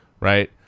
right